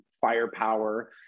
firepower